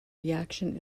reaction